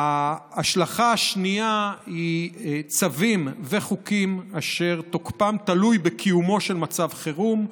ההשלכה השנייה היא צווים וחוקים אשר תוקפם תלוי בקיומו של מצב חירום,